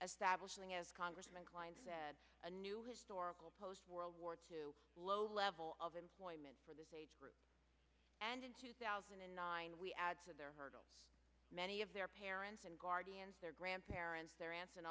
as congressman klein said a new historical post world war two low level of employment for this age group and in two thousand and nine we add to their hurdle many of their parents and guardians their grandparents their aunts and